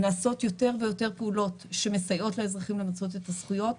נעשות יותר ויותר פעולות שמסייעות לאזרחים למצות את הזכויות.